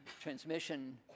transmission